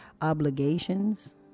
obligations